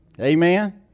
Amen